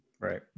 Right